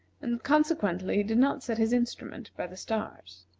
and consequently did not set his instrument by the stars.